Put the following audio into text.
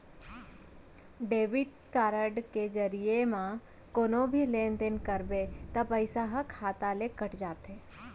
debit card के जरिये म कोनो भी लेन देन करबे त पइसा ह खाता ले कट जाथे